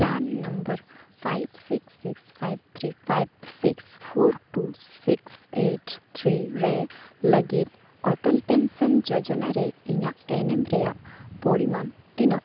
ᱯᱨᱟᱱ number five six six five three five six four two six eight three ᱨᱮ ᱞᱟᱹᱜᱤᱫ ᱚᱴᱚᱞ pension ᱡᱳᱡᱚᱱᱟ ᱨᱮ ᱤᱧᱟᱹᱜ ᱮᱱᱮᱢ ᱨᱮᱭᱟᱜ ᱯᱚᱨᱤᱢᱟᱱ ᱛᱤᱱᱟᱹᱜ